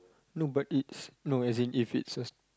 no but it's as in if it's a